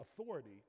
authority